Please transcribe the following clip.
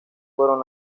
fueron